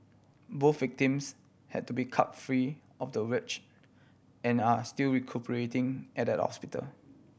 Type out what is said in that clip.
both victims had to be cut free of the and are still recuperating at at hospital